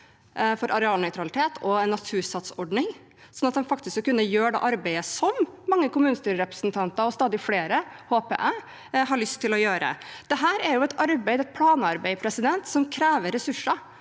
for arealnøytralitet og en natursatsordning, slik at de faktisk skal kunne gjøre det arbeidet som mange kommunestyrerepresentanter og stadig flere – håper jeg – har lyst til å gjøre. Dette er et planarbeid som krever ressurser.